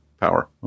power